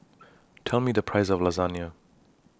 Tell Me The Price of Lasagna